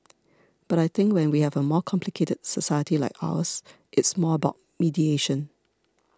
but I think when we have a more complicated society like ours it's more about mediation